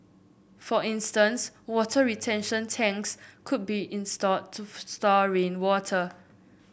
for instance water retention tanks could be installed to store rainwater